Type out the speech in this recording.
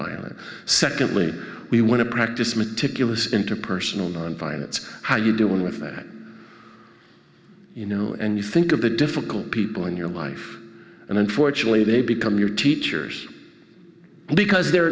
binary secondly we want to practice meticulous interpersonal nonviolence how are you doing with that you know and you think of the difficult people in your life and unfortunately they become your teachers because they're